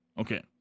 Okay